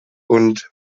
und